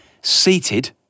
seated